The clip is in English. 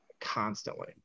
constantly